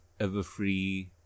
Everfree